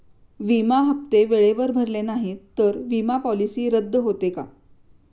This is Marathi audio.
विमा हप्ते वेळेवर भरले नाहीत, तर विमा पॉलिसी रद्द होते का?